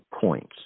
points